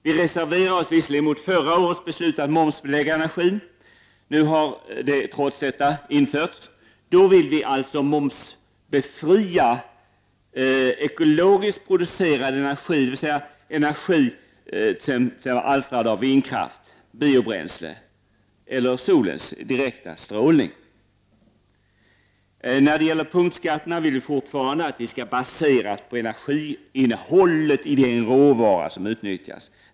Vi reserverade oss visserligen mot beslutet förra året att momsbelägga energiförbrukningen. Trots detta infördes denna skatt, och då vill vi alltså momsbefria ekologiskt producerad energi, dvs. energi alstrad av vindkraft, biobränsle eller solens direkta strålning. När det gäller punktskatterna vill vi fortfarande att de skall baseras på energiinnehållet i den råvara som utnyttjas.